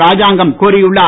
ராஜாங்கம் கோரியுள்ளார்